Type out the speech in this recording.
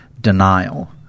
denial